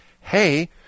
hey